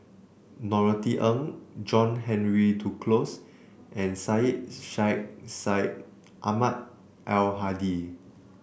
Norothy Ng John Henry Duclos and Syed Sheikh Syed Ahmad Al Hadi